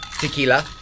Tequila